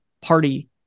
party